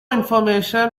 information